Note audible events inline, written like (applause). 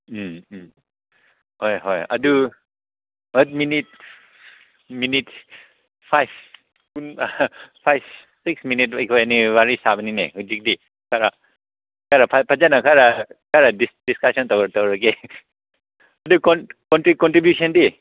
ꯎꯝ ꯎꯝ ꯍꯣꯏ ꯍꯣꯏ ꯑꯗꯨ (unintelligible) ꯃꯤꯅꯤꯠ ꯃꯤꯅꯤꯠ ꯐꯥꯏꯚ ꯐꯥꯏꯚ ꯁꯤꯡꯁ ꯃꯤꯅꯤꯠ ꯑꯩꯈꯣꯏ ꯑꯅꯤ ꯋꯥꯔꯤ ꯁꯥꯕꯅꯤꯅꯦ ꯍꯧꯖꯤꯛꯇꯤ ꯈꯔ ꯈꯔ ꯐꯖꯅ ꯈꯔ ꯈꯔ ꯗꯤꯁꯀꯁꯟ ꯇꯧꯔꯒꯦ ꯑꯗꯨ ꯀꯣꯟꯇ꯭ꯔꯤꯕ꯭ꯌꯨꯁꯟꯗꯤ